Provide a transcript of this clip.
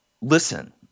listen